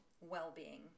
well-being